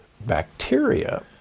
bacteria